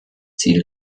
ziel